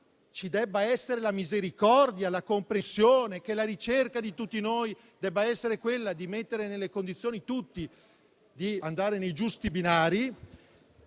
che debba esserci la misericordia, la comprensione, e che la ricerca di tutti noi debba essere quella di mettere tutti nella condizione di procedere sui giusti binari,